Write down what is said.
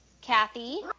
Kathy